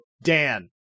Dan